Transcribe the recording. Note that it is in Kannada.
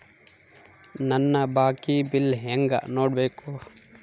ನನ್ನ ಬಾಕಿ ಬಿಲ್ ಹೆಂಗ ನೋಡ್ಬೇಕು?